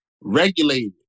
regulated